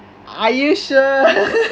are you sure